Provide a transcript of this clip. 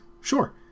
sure